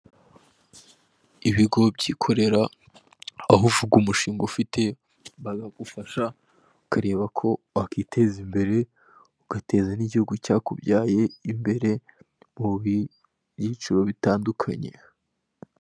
Ibigo byikorera aho uvuga umushinga ufite bakagufasha, ukareba ko wakwiteza imbere, ugateza n'igihugu cyakubyaye imbere mu byiciro bitandukanye.